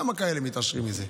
כמה כאלה מתעשרים מזה?